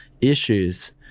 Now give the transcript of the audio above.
issues